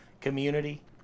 community